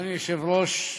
אדוני היושב-ראש,